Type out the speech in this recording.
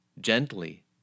gently